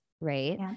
Right